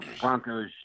Broncos